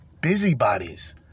busybodies